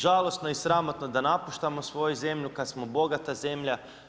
Žalosno je i sramotno da napuštamo svoju zemlju kada smo bogata zemlja.